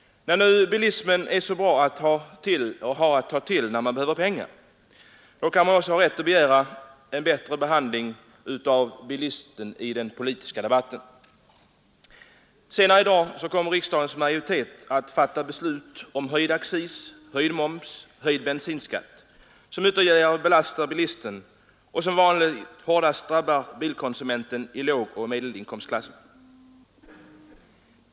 När nu bilismen är så bra att ha att ta till när det behövs pengar, kan man också ha rätt att begära en bättre behandling av bilisten i den politiska debatten. Senare i dag kommer riksdagens majoritet att fatta beslut om höjd accis, höjd moms och höjd bensinskatt som ytterligare belastar bilisten och som vanligt hårdast drabbar bilkonsumenten i lågoch medelinkomstklassen.